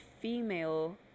female